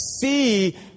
see